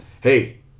Hey